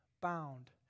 bound